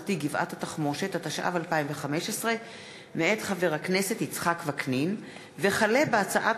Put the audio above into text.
התשע"ו 2015. לדיון מוקדם: החל בהצעת חוק פ/2123/20 וכלה בהצעת